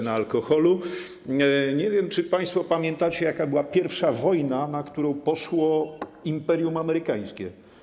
Nie wiem, czy państwo pamiętacie, jaka była pierwsza wojna, na którą poszło imperium amerykańskie.